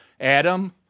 Adam